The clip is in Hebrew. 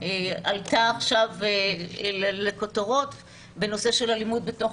שעלתה עכשיו לכותרות בנושא של אלימות בתוך